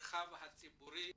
במרחב הציבורי,